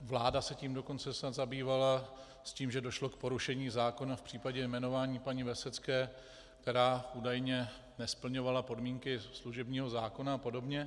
Vláda se tím dokonce snad zabývala s tím, že došlo k porušení zákona v případě jmenování paní Vesecké, která údajně nesplňovala podmínky služebního zákona apod.